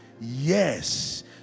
yes